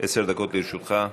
אדוני, עשר דקות לרשותך.